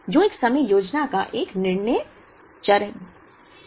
जो एक समग्र योजना का एक निर्णय चर है